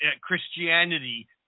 Christianity